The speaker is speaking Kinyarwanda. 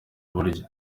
burya